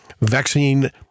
vaccine